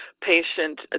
patient